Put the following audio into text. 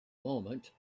moment